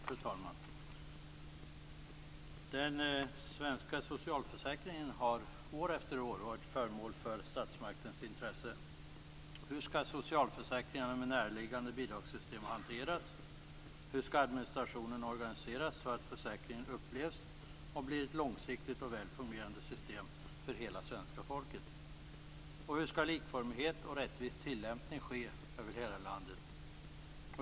Fru talman! Den svenska socialförsäkringen har år efter år varit föremål för statsmaktens intresse. Hur skall socialförsäkringarna med näraliggande bidragssystem hanteras? Hur skall administrationen organiseras så att försäkringen upplevs som och blir ett långsiktigt och väl fungerande system för hela svenska folket? Hur skall likformighet och rättvis tillämpning ske över hela landet?